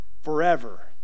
Forever